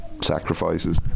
sacrifices